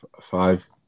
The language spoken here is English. Five